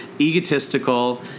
egotistical